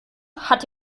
hat